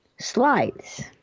slides